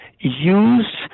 use